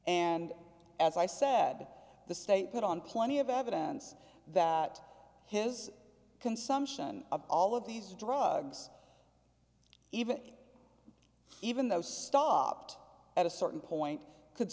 and as i said the state put on plenty of evidence that his consumption of all of these drugs even even those stopped at a certain point could